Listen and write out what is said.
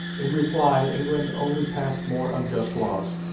in reply, england only passed more unjust laws.